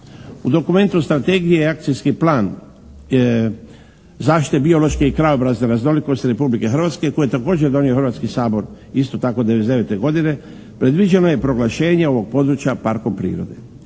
U dokumentu strategije je i akcijski plan zaštite biološke i krajobrazne raznolikosti Republike Hrvatske koji je također donio Hrvatski sabor isto tako '99. godine, predviđeno je i proglašenje ovog područja parkom prirode.